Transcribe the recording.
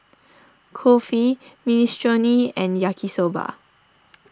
Kulfi Minestrone and Yaki Soba